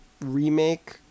remake